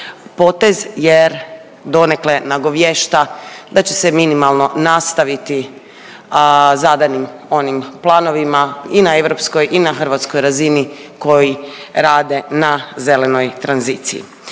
potez jer donekle nagoviješta da će se minimalno nastaviti zadanim onim planovima i na europskoj i na hrvatskoj razini koji rade na zelenoj tranziciji.